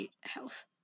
health